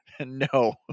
No